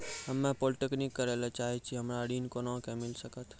हम्मे पॉलीटेक्निक करे ला चाहे छी हमरा ऋण कोना के मिल सकत?